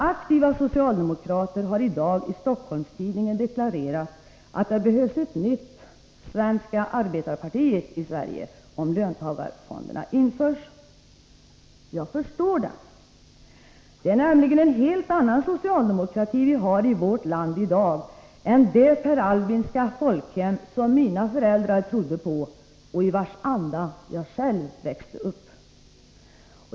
Aktiva socialdemokrater har i dag i Stockholms-Tidningen deklarerat att det behövs ett nytt SAP i Sverige, om löntagarfonder införs. Jag förstår dem. Det är nämligen en helt annan socialdemokrati vi har i vårt land i dag än det PerAlbinska folkhem som mina föräldrar trodde på och i vars anda jag själv växte upp.